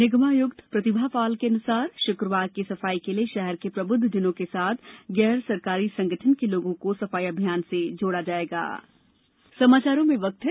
निगमायुक्त प्रतिभा पाल के अनुसार शुक्रवार की सफाई के लिए शहर के प्रबुद्धजनों के साथ गैर सरकारी संगठन के लोगों को सफाई अभियान में जोड़ा गया है